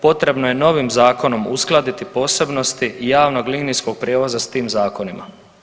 Potrebno je novim zakonom uskladiti posebnosti javnog linijskog prijevoza s tim zakonima.